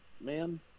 man